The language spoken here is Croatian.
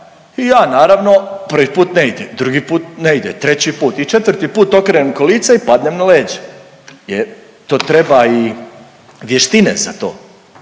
I ja naravno prvi put ne ide, drugi put ne ide, treći put i četvrti put okrenem kolica i padnem na leđa jer to treba i vještine za to.